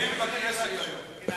שניהם בכנסת היום.